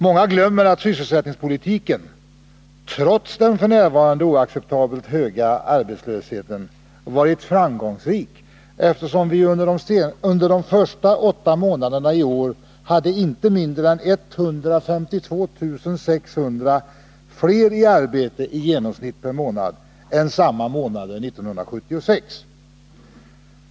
Många glömmer att sysselsättningspolitiken — trots den f. n. oacceptabelt höga arbetslösheten — varit framgångsrik. Under de första åtta månaderna i år hade vi ju inte mindre än 152 600 fler i arbete i genomsnitt per månad än samma månader 1976.